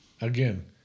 Again